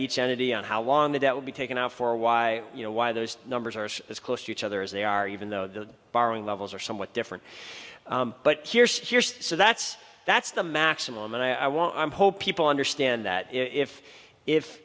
each entity on how long the debt will be taken off or why you know why those numbers are as close to each other as they are even though the borrowing levels are somewhat different but here's here's so that's that's the maximum and i want i'm hope people understand that if if